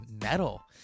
metal